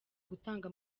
gutanga